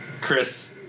Chris